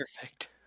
Perfect